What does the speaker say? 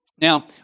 Now